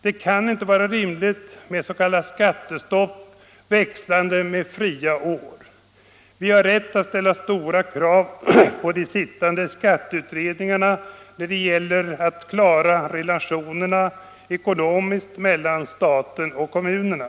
Det kan inte vara rimligt med s.k. skattestopp växlande med fria år. Vi har rätt att ställa stora krav på de sittande skatteutredningarna när det gäller att föreslå åtgärder för att ekonomiskt klara relationerna mellan staten och kommunerna.